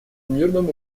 мирном